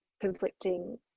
conflicting